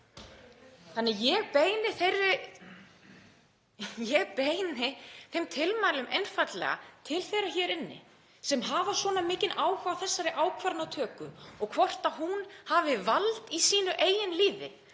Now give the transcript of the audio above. komin. Ég beini þeim tilmælum einfaldlega til þeirra hér inni sem hafa svona mikinn áhuga á þessari ákvarðanatöku og hvort hún hafi vald í sínu eigin lífi,